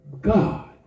God